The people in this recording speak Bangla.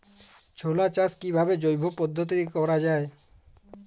ছোলা চাষ কিভাবে জৈব পদ্ধতিতে করা যায়?